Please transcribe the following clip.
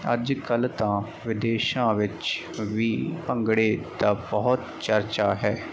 ਅੱਜ ਕੱਲ ਤਾਂ ਵਿਦੇਸ਼ਾਂ ਵਿੱਚ ਵੀ ਭੰਗੜੇ ਦਾ ਬਹੁਤ ਚਰਚਾ ਹੈ